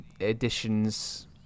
editions